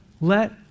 Let